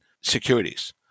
securities